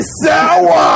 sour